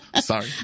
sorry